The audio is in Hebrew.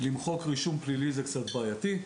למחוק רישום פלילי זה קצת בעייתי,